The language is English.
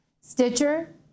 Stitcher